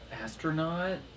Astronaut